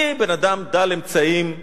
אני בן-אדם דל אמצעים.